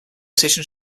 station